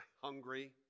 hungry